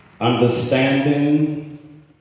Understanding